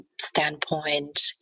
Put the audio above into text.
standpoint